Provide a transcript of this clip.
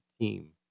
team